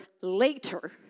later